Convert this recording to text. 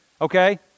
okay